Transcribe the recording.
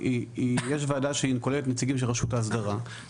--- יש ועדה שכוללת נציגים של רשות האסדרה,